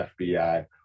FBI